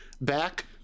back